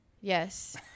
Yes